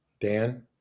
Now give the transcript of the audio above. Dan